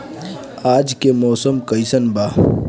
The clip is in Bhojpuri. आज के मौसम कइसन बा?